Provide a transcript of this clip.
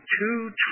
two